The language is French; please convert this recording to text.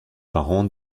parents